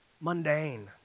mundane